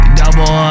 double